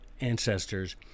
ancestors